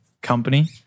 company